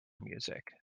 music